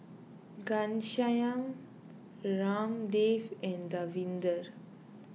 Ghanshyam Ramdev and Davinder